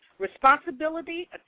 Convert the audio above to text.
Responsibility